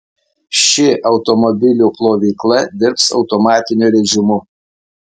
ši automobilių plovykla dirbs automatiniu rėžimu